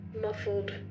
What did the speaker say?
muffled